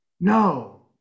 No